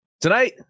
Tonight